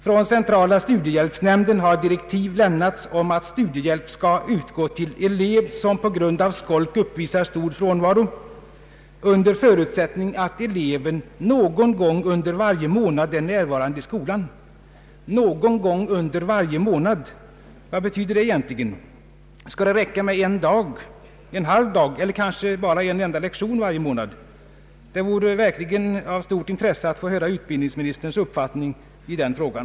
Från centrala studiehjälpsnämnden har direktiv lämnats om att studiehjälp skall utgå till ”elev som på grund av skolk uppvisar stor frånvaro” under förutsättning att eleven ”någon gång under varje månad är närvarande i skolan”. ”Någon gång under varje månad” — vad betyder egentligen det? Skall det räcka med en dag, en halv dag eller kanske bara en enda lektion varje månad? Det vore av stort intresse att få höra utbildningsministerns uppfattning i den frågan.